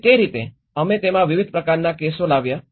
તેથી તે રીતે અમે તેમાં વિવિધ પ્રકારના કેસો લાવ્યા